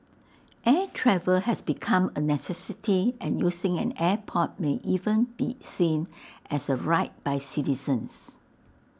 air travel has become A necessity and using an airport may even be seen as A right by citizens